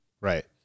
Right